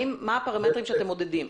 מה הפרמטרים שאתם מודדים?